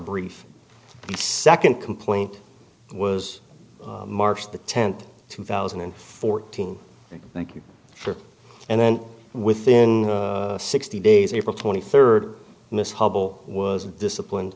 brief second complaint was march the tenth two thousand and fourteen thank you for and then within sixty days april twenty third miss hubbell was disciplined